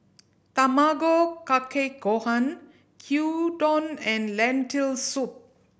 Tamago Kake Gohan Gyudon and Lentil Soup